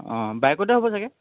অঁ বাইকতে হ'ব ছাগৈ